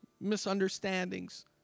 misunderstandings